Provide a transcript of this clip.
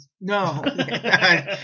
No